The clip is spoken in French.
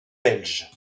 belge